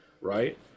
right